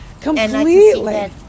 Completely